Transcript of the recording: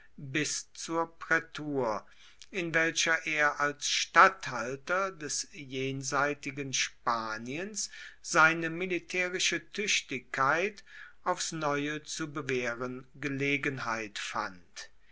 bis zur prätur in welcher er als statthalter des jenseitigen spaniens seine militärische tüchtigkeit aufs neue zu bewähren gelegenheit fand